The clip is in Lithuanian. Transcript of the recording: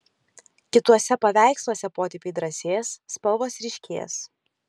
kituose paveiksluose potėpiai drąsės spalvos ryškės